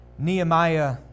Nehemiah